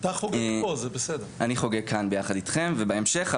אני חוגג כאן ביחד אתכם, ובהמשך.